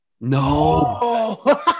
No